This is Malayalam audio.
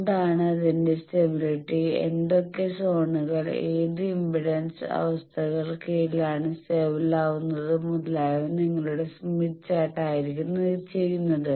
എന്താണ് അതിന്റെ സ്റ്റബിലിറ്റി ഏതൊക്കെ സോണുകൾ ഏത് ഇംപെഡൻസ് അവസ്ഥകൾക്ക് കിഴിലാണ് സ്റ്റബിലാവുന്നത് മുതലായവ നിങ്ങളുടെ സ്മിത്ത് ചാർട്ട് ആയിരിക്കും ചെയുന്നത്